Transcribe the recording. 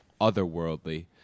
otherworldly